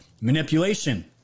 manipulation